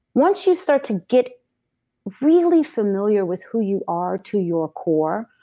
once you start to get really familiar with who you are to your core,